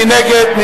מי נגד?